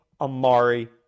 Amari